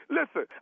Listen